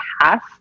half